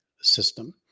system